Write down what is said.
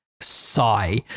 sigh